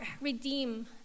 redeem